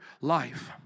life